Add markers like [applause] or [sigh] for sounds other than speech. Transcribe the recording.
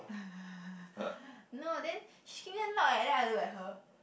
[laughs] no then she scream damn loud eh then I look at her